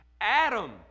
Adam